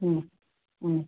ಹ್ಞೂ ಹ್ಞೂ